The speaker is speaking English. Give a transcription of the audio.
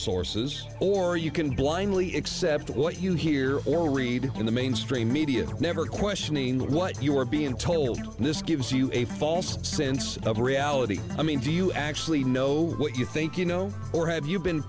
sources or you can blindly accept what you hear or read in the mainstream media never questioning what you are being told and this gives you a false sense of reality i mean do you actually know what you think you know or have you been